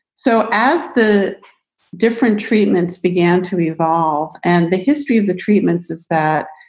so as the different treatments began to evolve and the history of the treatments is that